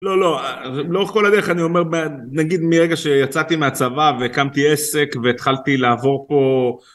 לא לא לא כל הדרך אני אומר נגיד מרגע שיצאתי מהצבא והקמתי עסק והתחלתי לעבור פה